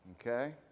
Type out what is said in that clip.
Okay